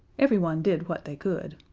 everyone did what they could.